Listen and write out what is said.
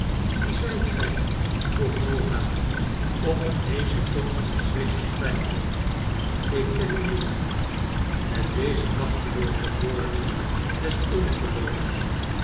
wie zijt gij vroeg norah op een heeschen toon van schrik en twijfel jk ken u niet met deze machtelooze woorden des ongeloofs